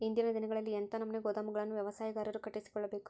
ಇಂದಿನ ದಿನಗಳಲ್ಲಿ ಎಂಥ ನಮೂನೆ ಗೋದಾಮುಗಳನ್ನು ವ್ಯವಸಾಯಗಾರರು ಕಟ್ಟಿಸಿಕೊಳ್ಳಬೇಕು?